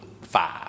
five